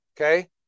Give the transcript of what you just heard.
okay